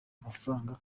amafaranga